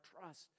trust